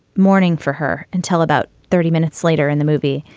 mourning for her until about thirty minutes later in the movie,